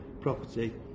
property